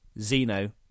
Zeno